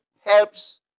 helps